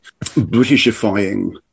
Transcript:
Britishifying